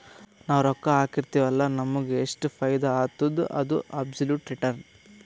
ನಾವ್ ರೊಕ್ಕಾ ಹಾಕಿರ್ತಿವ್ ಅಲ್ಲ ನಮುಗ್ ಎಷ್ಟ ಫೈದಾ ಆತ್ತುದ ಅದು ಅಬ್ಸೊಲುಟ್ ರಿಟರ್ನ್